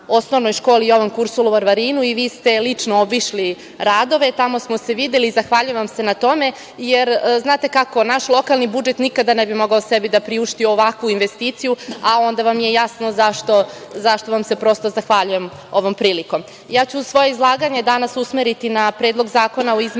osnovnoj školi „Jovan Kursul“ u Varvarinu. Vi ste lično obišli radove, tamo smo se videli i zahvaljujem vas se na tome. Jer, znate kako, naš lokalni budžet nikada ne bi mogao sebi da priušti ovakvu investiciju, a onda vam je jasno zašto vam se prosto zahvaljujem ovom prilikom. Svoje izlaganje danas ja ću usmeriti na Predlog zakona o izmenama